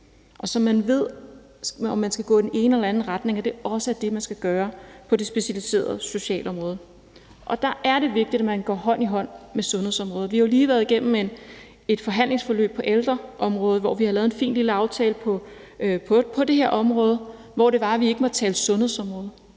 og hvor man ved, om man skal gå i den ene eller den anden retning, også er det, man skal gøre på det specialiserede socialområde. Og der er det vigtigt, at det går hånd i hånd med sundhedsområdet. Vi har lige været igennem et forhandlingsforløb på ældreområdet, hvor vi har lavet en fin lille aftale på det her område, hvor det var sådan, at vi ikke måtte tale om sundhedsområdet.